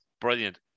Brilliant